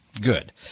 good